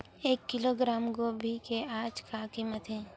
एक किलोग्राम गोभी के आज का कीमत हे?